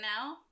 now